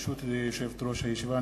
ברשות יושבת-ראש הישיבה,